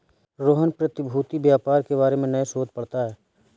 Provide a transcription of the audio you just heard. रोहन प्रतिभूति व्यापार के बारे में नए शोध को पढ़ता है